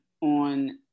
on